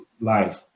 life